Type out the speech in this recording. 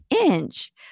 inch